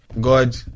God